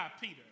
Peter